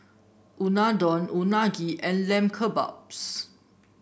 Unadon Unagi and Lamb Kebabs